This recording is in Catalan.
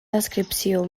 descripció